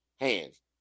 hands